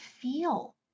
feel